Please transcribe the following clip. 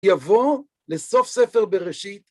יבוא לסוף ספר בראשית.